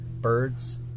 birds